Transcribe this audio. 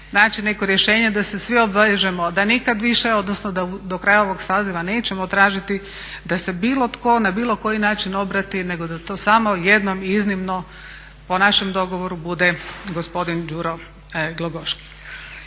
neko rješenje da se svi obvežemo da nikad više odnosno sa do kraja ovog saziva nećemo tražiti da se bilo tko na bilo koji način obrati nego da to samo jednom iznimno po našem dogovoru bude gospodin Đuro Glogoški.